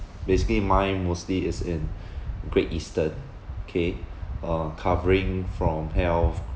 basically mine mostly is in great eastern K uh covering from health